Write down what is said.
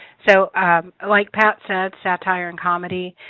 so like pat said, satire and comedy.